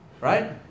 Right